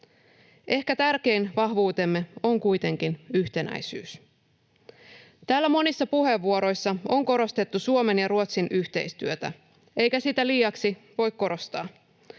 Ehkä tärkein vahvuutemme on kuitenkin yhtenäisyys. Täällä monissa puheenvuoroissa on korostettu Suomen ja Ruotsin yhteistyötä, eikä sitä liiaksi voi korostaa.